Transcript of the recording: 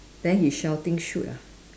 then he shouting shoot ah